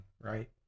right